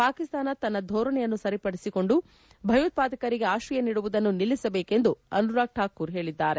ಪಾಕಿಸ್ತಾನ ತನ್ನ ಧೋರಣೆಯನ್ನು ಸರಿಪಡಿಸಿಕೊಂಡು ಭಯೋತ್ವಾದಕರಿಗೆ ಆಶ್ರಯ ನೀಡುವುದನ್ನು ನಿಲ್ಲಿಸಬೇಕೆಂದು ಅನುರಾಗ್ ಠಾಕೂರ್ ಹೇಳಿದರು